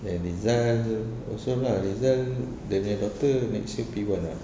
and rizal also lah rizal dia punya daughter next year P one [what]